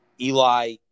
Eli